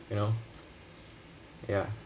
you know ya